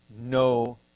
no